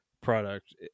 product